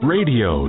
Radio